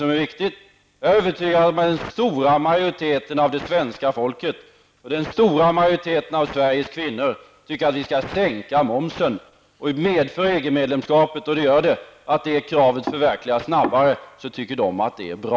Men jag är övertygad om att den stora majoriteten av det svenska folket, och den stora majoriteten av Sveriges kvinnor, tycker att vi skall sänka momsen. Om ett medlemskap medför att det kravet förverkligas snabbare, tycker kvinnorna att det är bra.